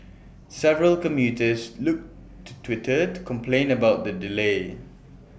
several commuters look to Twitter to complain about the delay